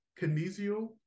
kinesio